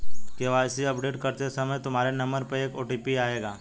KYC update करते समय तुम्हारे नंबर पर एक ओ.टी.पी आएगा